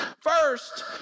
First